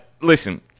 listen